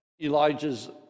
Elijah's